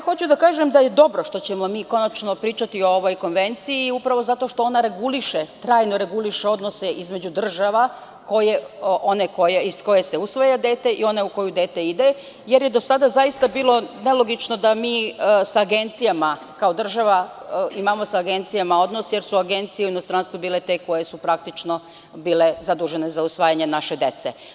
Hoću da kažem da je dobro što ćemo konačno pričati o ovoj konvenciji upravo zato što ona reguliše trajno odnose između država one iz koje se usvaja dete i one u koju dete ide, jer je do sada bilo nelogično da sa agencijama kao država imamo odnos, jer su agencije u inostranstvu bile te koje su bile zadužene za usvajanje naše dece.